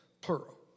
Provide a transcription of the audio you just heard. plural